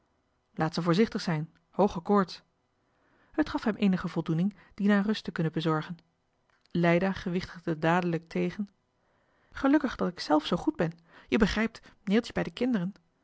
laat ze voorzichtig zijn hooge koorts het gaf hem eenige voldoening dina rust te kunnen bezorgen leida gewichtigde dadelijk tegen gelukkig dat ik zelf zoo goed ben je begrijpt neeltje bij de kinderen